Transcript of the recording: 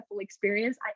experience